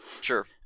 Sure